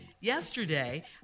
Yesterday